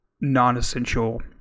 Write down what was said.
non-essential